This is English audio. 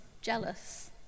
jealous